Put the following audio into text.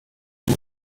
ngo